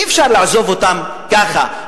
אי-אפשר לעזוב אותם ככה,